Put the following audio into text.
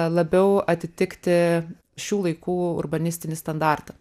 labiau atitikti šių laikų urbanistinį standartą